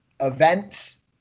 events